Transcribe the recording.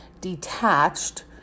detached